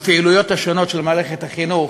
בפעילויות השונות של מערכת החינוך,